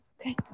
Okay